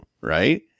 right